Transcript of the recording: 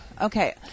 Okay